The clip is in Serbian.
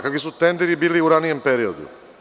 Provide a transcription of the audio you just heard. Kakvi su tenderi bili u ranijem periodu?